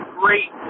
great